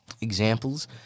examples